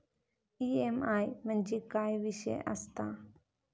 EMI म्हणजे काय विषय आसता?